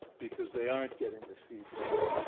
because they aren't getting the feedback.